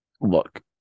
Look